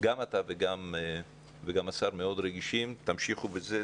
שגם אתה וגם השר מאוד רגישים - שתמשיכו בזה.